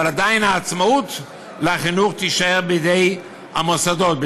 עדיין העצמאות לחינוך תישאר בידי המוסדות,